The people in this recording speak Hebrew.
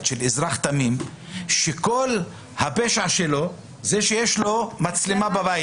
של אזרח תמים שכל פשעו הוא שיש לו מצלמה בבית.